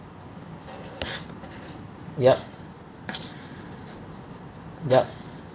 yup yup